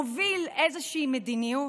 מוביל איזושהי מדיניות?